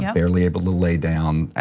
yeah barely able to lay down,